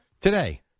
Today